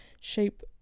shape